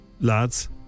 Lads